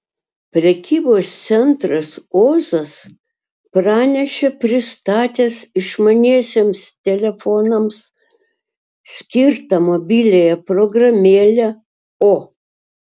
prekybos centras ozas pranešė pristatęs išmaniesiems telefonams skirtą mobiliąją programėlę o